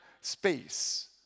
space